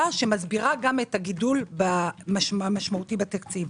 שמסבירה גם את הגידול המשמעותי בתקציב.